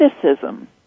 criticism